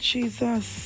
Jesus